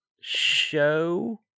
show